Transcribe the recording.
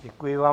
Děkuji vám.